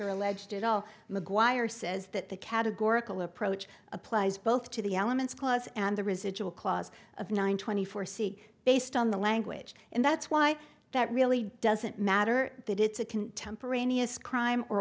are alleged at all mcguire says that the categorical approach applies both to the elements clause and the residual clause of nine twenty four c based on the language and that's why that really doesn't matter that it's a contemporaneous crime or